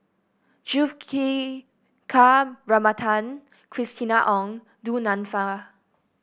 Juthika Ramanathan Christina Ong Du Nanfa